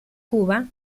cuba